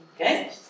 Okay